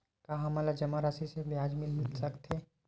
का हमन ला जमा राशि से ब्याज मिल सकथे?